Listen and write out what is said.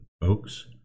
folks